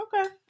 Okay